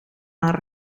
haar